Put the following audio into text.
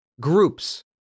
groups